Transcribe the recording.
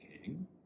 king